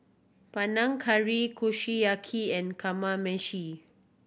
Panang Curry Kushiyaki and Kamameshi